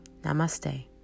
Namaste